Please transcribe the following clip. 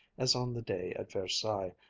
as on the day at versailles,